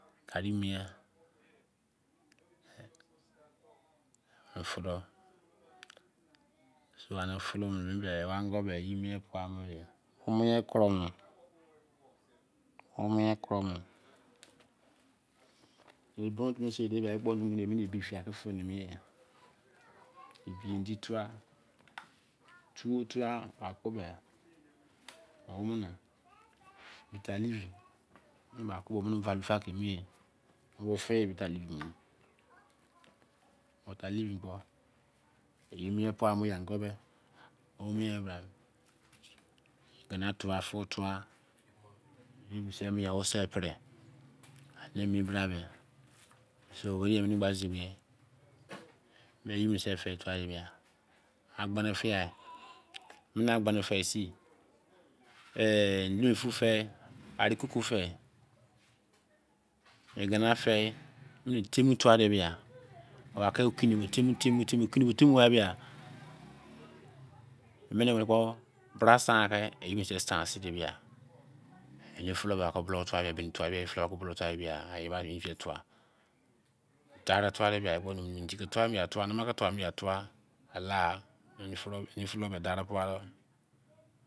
Ari mien ye. fe. to. so ani folo ni mi me ene go ye, mien pamor. ye mien kuromor. bone timi seri de. ekpo nunune emene ebi fiah ke femiye. rbi edi tua, tu tuo akpo, be bitter leaf lobo value ke emiye, yefe bitter leaf water leaf kpo ye mien pamor ango. be mien bra. igene tua, fon tua ye bosa mien al- se pre. anne emi bra me. So nu bra ke zi. be, me. nye se feh tua- de ba, agbo no fia, mene agbono, fe. se eh, idemo fu feh, arikoko feh. igene feh te. nu tua de bia. okini temn. temn. hia. emene akpo bra san, ye. bo san eni ffor ke bini tua, ehdi tua nama tua, ala dar. i